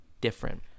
different